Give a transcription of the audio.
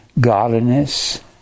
godliness